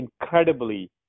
incredibly